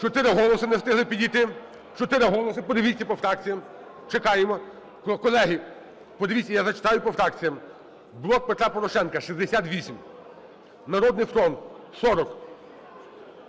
4 голоси, не встигли підійти, 4 голоси, подивіться по фракціях. Чекаємо. Колеги, подивіться, я зачитаю по фракціях. "Блок Петра Порошенка" – 68, "Народний фронт" –